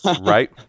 Right